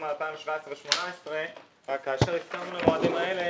לשנת 2017 ו-2017 אבל כאשר הסכמנו למועדים האלה,